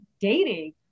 dating